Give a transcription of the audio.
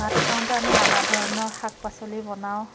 ভাত খাওঁতে আমি নানা ধৰণৰ শাক পাচলি বনাওঁ